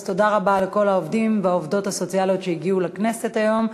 אז תודה רבה לכל העובדים והעובדות הסוציאליים שהגיעו לכנסת היום,